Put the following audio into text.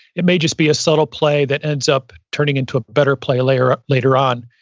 it may just be a subtle play that ends up turning into a better play later ah later on.